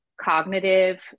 cognitive